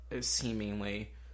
seemingly